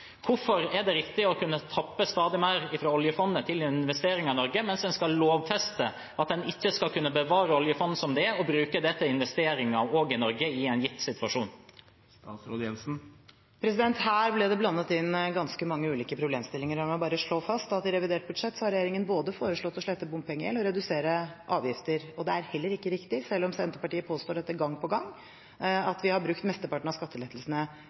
Hvorfor er det riktig å kunne tappe stadig mer fra oljefondet til investeringer i Norge, mens en skal lovfeste at en ikke skal kunne bevare oljefondet som det er, og bruke det til investeringer også i Norge i en gitt situasjon? Her ble det blandet ganske mange ulike problemstillinger. La meg bare slå fast at i revidert budsjett har regjeringen foreslått både å slette bompengegjeld og å redusere avgifter. Det er heller ikke riktig, selv om Senterpartiet påstår dette gang på gang, at vi har brukt mesteparten av skattelettelsene